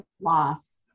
loss